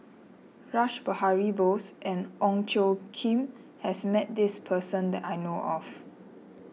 Rash Behari Bose and Ong Tjoe Kim has met this person that I know of